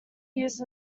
used